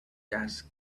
gas